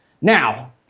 Now